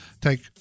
take